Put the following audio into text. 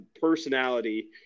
personality